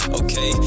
okay